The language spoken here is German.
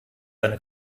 eine